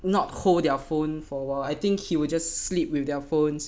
not hold their phone for awhile I think he will just sleep with their phones